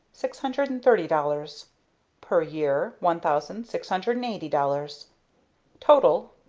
six hundred and thirty dollars per year one thousand six hundred and eighty dollars total.